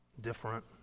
different